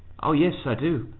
oh yes, i do.